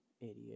Idiot